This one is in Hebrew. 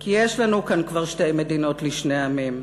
כי יש לנו כאן כבר שתי מדינות לשני עמים,